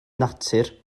natur